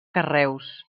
carreus